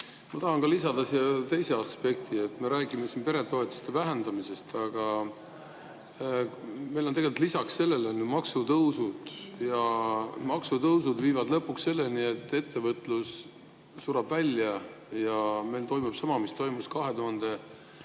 Ma tahan lisada siia teise aspekti. Me räägime siin peretoetuste vähendamisest, aga meil on lisaks sellele maksutõusud. Maksutõusud viivad lõpuks selleni, et ettevõtlus sureb välja ja meil toimub sama, mis toimus 2008.–2009.